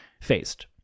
faced